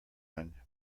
one